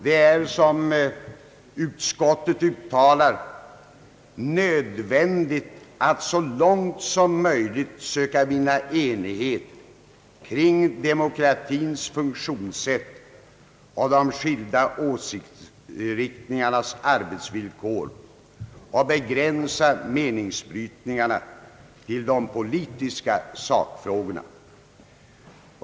Det är, som utskottet uttalar, »nödvändigt att så långs möjligt söka vinna enighet kring demokratins funktionssätt och de skilda åsiktsriktningarnas arbetsvillkor och begränsa meningsbrytningarna till de politiska sakfrågorna».